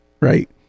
right